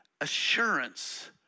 assurance